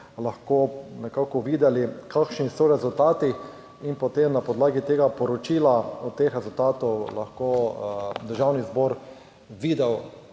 lahko nekako videli kakšni so rezultati in potem na podlagi tega poročila teh rezultatov lahko Državni zbor videl